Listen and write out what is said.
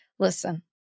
Listen